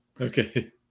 Okay